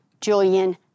Julian